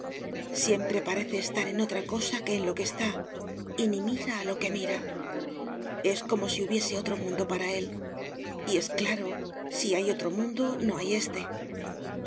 siempre parece estar en otra cosa que en lo que está y ni mira a lo que mira es como si hubiese otro mundo para él y es claro si hay otro mundo no hay éste